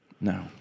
No